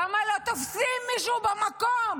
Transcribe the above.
למה לא תופסים מישהו במקום